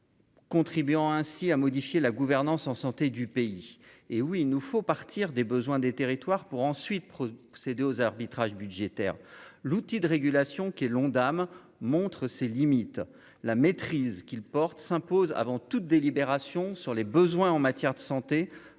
Contribuant ainsi à modifier la gouvernance en santé du pays, hé oui, il nous faut partir des besoins des territoires pour ensuite céder aux arbitrages budgétaires, l'outil de régulation qui est l'Ondam montre ses limites, la maîtrise qu'il porte s'impose avant toute délibération sur les besoins en matière de santé